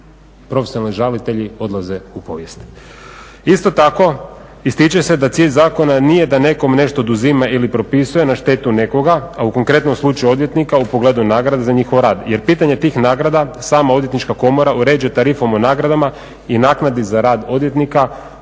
profesionalni žalitelji odlaze u povijest.